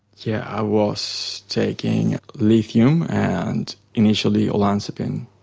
yeah, i was taking lithium and initially olanzapine.